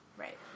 right